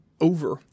over